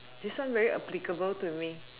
this one very applicable to me